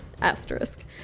Asterisk